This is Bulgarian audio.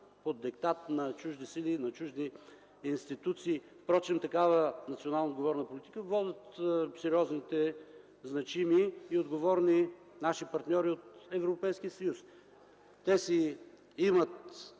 под диктат на чужди сили, чужди институции. Впрочем такава национално отговорна политика водят сериозните, значими и отговорни наши партньори от Европейския съюз. Те имат